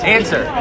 Answer